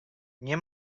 nie